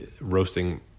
roasting